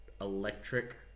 electric